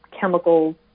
chemicals